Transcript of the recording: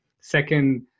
Second